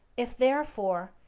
if, therefore,